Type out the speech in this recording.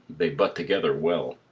they butt together well.